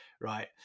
right